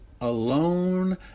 alone